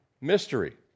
Mystery